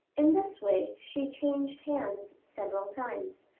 in this way she changed hands several times,